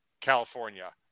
California